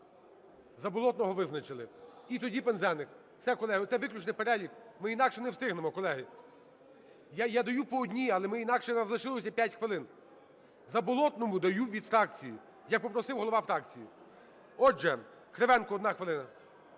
Заболотного визначили. І тоді Пинзеник. Все, колеги, оце виключний перелік, бо інакше не встигнемо. Колеги, я даю по одній, але ми інакше… в нас лишилося 5 хвилин. Заболотному даю від фракції, як попросив голова фракції. Отже, Кривенко, одна хвилина.